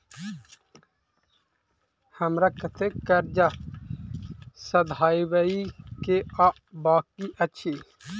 हमरा कतेक कर्जा सधाबई केँ आ बाकी अछि?